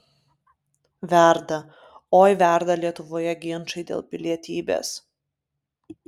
verda oi verda lietuvoje ginčai dėl pilietybės